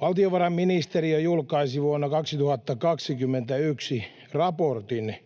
Valtiovarainministeriö julkaisi vuonna 2021 raportin,